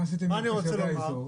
מה אני רוצה לומר?